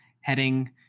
heading